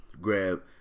grab